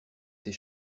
ses